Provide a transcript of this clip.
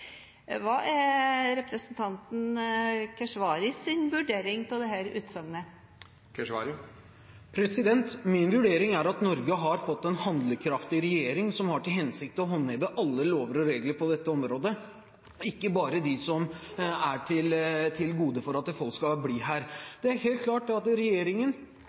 Hva er representanten Keshvaris vurdering av dette utsagnet? Min vurdering er at Norge har fått en handlekraftig regjering som har til hensikt å håndheve alle lover og regler på dette området, ikke bare dem som er til gode for at folk skal bli her. Det er helt klart at regjeringen,